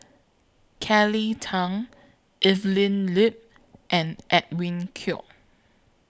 Kelly Tang Evelyn Lip and Edwin Koek